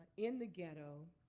in the ghetto,